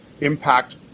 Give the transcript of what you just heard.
impact